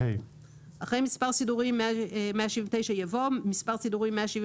אחרי מספר סידורי 179ה יבוא: מספרמספרפירוט נוסף